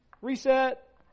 Reset